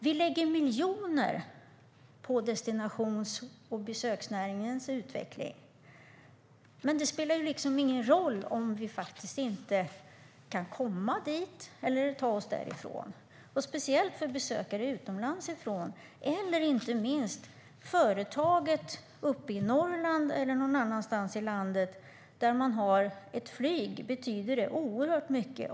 Vi lägger miljoner på utvecklingen av besöks och destinationsnäringen, men det spelar ingen roll om besökare inte kan ta sig hit eller härifrån. Särskilt för besökare utomlands ifrån, inte minst till företag uppe i Norrland eller någon annanstans i landet där man har flyg, betyder det här oerhört mycket.